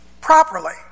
properly